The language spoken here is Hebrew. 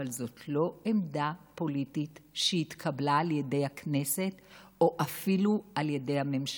אבל זאת לא עמדה פוליטית שהתקבלה על ידי הכנסת או אפילו על ידי הממשלה.